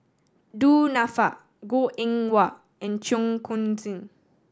Du Nanfa Goh Eng Wah and Cheong Koon Seng